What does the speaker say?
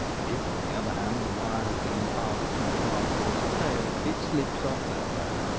if, on the other hand, the wire has been passed too far towards the tail, it slips off that way,